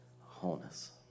wholeness